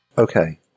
Okay